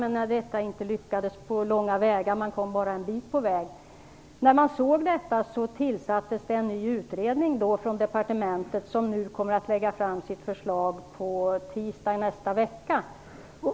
Men detta lyckades inte på långa vägar. Man kom nämligen bara en bit på vägen. Då man såg detta tillsattes en ny utredning av departementet. Den kommer att lägga fram sitt förslag på tisdag nästa vecka.